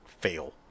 fail